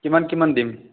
কিমান কিমান দিম